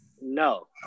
no